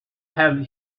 have